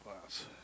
class